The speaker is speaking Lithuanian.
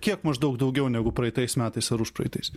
kiek maždaug daugiau negu praeitais metais ar užpraeitais